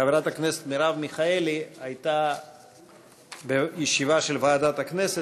חברת הכנסת מרב מיכאלי הייתה בישיבה של ועדת הכנסת,